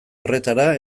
horretara